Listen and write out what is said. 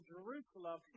Jerusalem